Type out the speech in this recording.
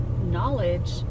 knowledge